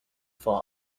for